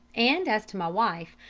and as to my wife,